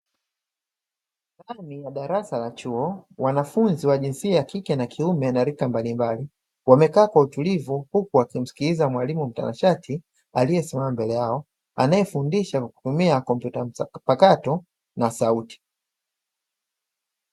Ndani ya darasa la chuo wanafunzi wa jinsia ya kike na kiume na rika mbalimbali wamekaa kwa utulivu huku wakimsikiliza mwalimu mtanashati aliyesimama mbele yao, anayefundisha kwa kutumia kompyuta mpakato na sauti.